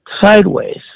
sideways